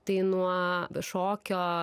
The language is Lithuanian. tai nuo šokio